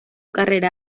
carrera